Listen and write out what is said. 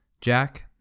Jack